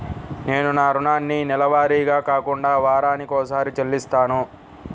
నేను నా రుణాన్ని నెలవారీగా కాకుండా వారానికోసారి చెల్లిస్తున్నాను